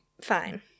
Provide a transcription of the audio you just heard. Fine